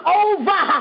over